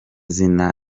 zina